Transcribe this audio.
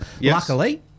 luckily